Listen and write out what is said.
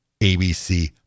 ABC